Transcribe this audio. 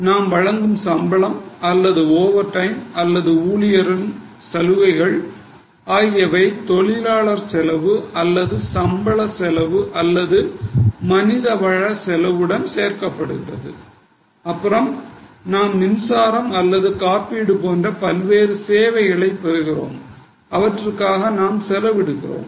நாம் வழங்கும் சம்பளம் அல்லது ஓவர்டைம் அல்லது ஊழியர்களின் சலுகைகள் ஆகியவை தொழிலாளர் செலவு அல்லது சம்பள செலவு அல்லது மனிதவள செலவுடன் சேர்க்கப்படுகிறது பின்னர் நாம் மின்சாரம் அல்லது காப்பீடு போன்ற பல்வேறு சேவைகளை பெறுகிறோம் அதற்காக நாம் செலவிடுகிறோம்